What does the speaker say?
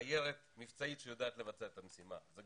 סיירת מבצעית שיודעת לבצע את המשימה אלא זאת